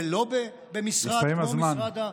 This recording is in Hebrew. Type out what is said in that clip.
ולא במשרד כמו משרד הרווחה?